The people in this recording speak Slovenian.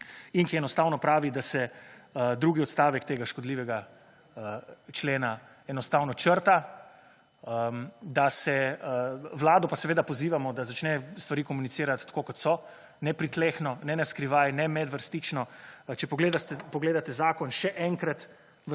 in ki enostavno pravi, da se drugi odstavek tega škodljivega člena enostavno črta. Vlado pa seveda pozivamo, da začne stvari komunicirati tako kot so, ne pritlehno, ne na skrivaj, ne medvrstično. Če pogledate zakon, še enkrat